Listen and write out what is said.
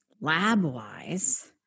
lab-wise